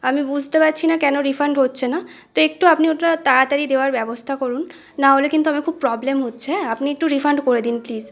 আমি বুঝতে পারছি না কেন রিফান্ড হচ্ছে না তো একটু আপনি ওটা তাড়াতাড়ি দেওয়ার ব্যবস্থা করুন নাহলে কিন্তু আমার খুব প্রবলেম হচ্ছে হ্যাঁ আপনি একটু রিফান্ড করে দিন প্লিজ